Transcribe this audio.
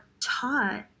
taught